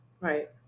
right